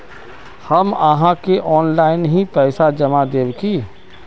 हम आहाँ के ऑनलाइन ही पैसा जमा देब की?